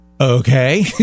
okay